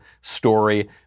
story